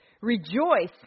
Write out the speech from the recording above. Rejoice